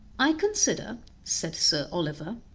i consider, said sir oliver,